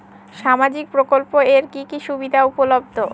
সামাজিক প্রকল্প এর কি কি সুবিধা উপলব্ধ?